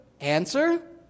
Answer